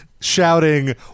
shouting